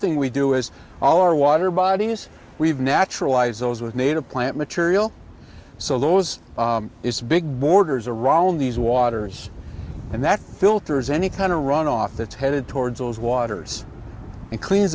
thing we do is all our water bodies we've naturalize those with native plant material so those is big borders around these waters and that filters any kind of runoff that's headed towards those waters and cleans